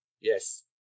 Yes